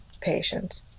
patient